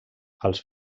als